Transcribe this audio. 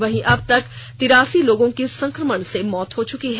वहीं अब तक तिरासी लोगों की संक्रमण से मौत हो चुकी है